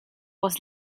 was